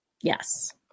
Yes